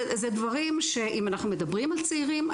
זה דברים שאם אנחנו מדברים על צעירים,